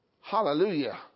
Hallelujah